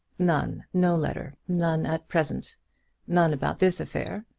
none no letter none at present none about this affair.